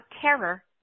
terror